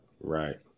Right